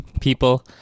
people